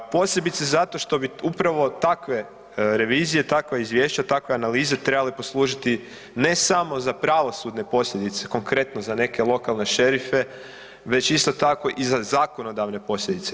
Posebice zato što bi upravo takve revizije, takva izvješća, takve analize trebale poslužiti ne samo za pravosudne posljedice, konkretno za neke lokalne šerife, već isto tako i za zakonodavne posljedice.